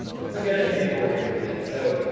let's look at an example where we would do that. so,